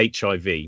HIV